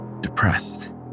depressed